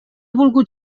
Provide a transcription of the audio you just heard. volgut